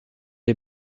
est